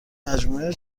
مجموعه